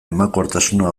emankortasuna